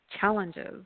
challenges